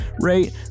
rate